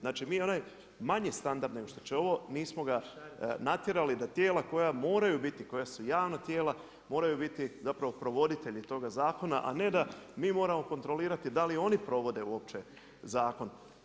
Znači ni onaj manji standard nego što će ovo, nismo ga natjerali da tijela koja moraju biti, koja su javna tijela, moraju biti zapravo provoditelji toga zakona a ne da mi moramo kontrolirati da li oni provode uopće zakon.